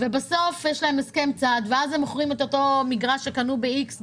בסוף הם מוכרים את המגרש שהם קנו ב-X,